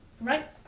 right